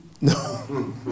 No